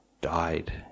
died